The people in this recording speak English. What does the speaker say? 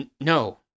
no